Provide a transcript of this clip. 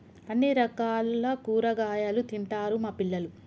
అన్ని రకాల కూరగాయలు తింటారు మా పిల్లలు